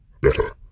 better